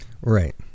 Right